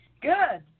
Good